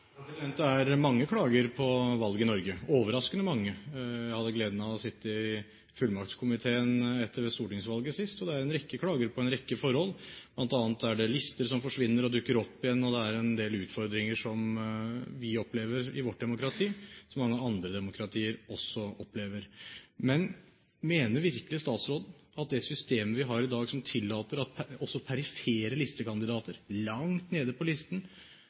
Det er mange klager på valg i Norge, overraskende mange. Jeg hadde gleden av å sitte i fullmaktskomiteen etter stortingsvalget sist. Det er en rekke klager på en rekke forhold, bl.a. er det lister som forsvinner og dukker opp igjen. Vi opplever i vårt demokrati en del utfordringer som mange andre demokratier også opplever. Men mener virkelig statsråden at det systemet vi har i dag, som tillater at også perifere listekandidater – kandidater langt nede på listen